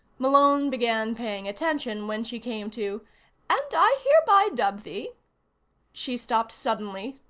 malone began paying attention when she came to and i hereby dub thee she stopped suddenly,